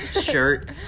shirt